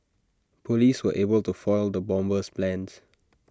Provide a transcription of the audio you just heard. Police were able to foil the bomber's plans